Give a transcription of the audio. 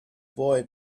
boy